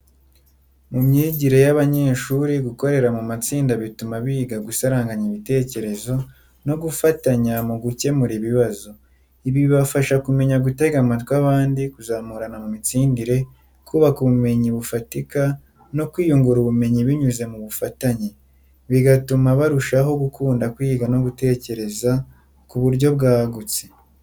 Mu myigire y’abanyeshuri, gukorera mu matsinda bituma biga gusaranganya ibitekerezo no gufatanya mu gukemura ibibazo. Ibi bibafasha kumenya gutega amatwi abandi, kuzamurana mu mitsindire, kubaka ubumenyi bufatika no kwiyungura ubumenyi binyuze mu bufatanye, bigatuma barushaho gukunda kwiga no gutekereza ku buryo bwagutse.